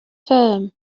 firm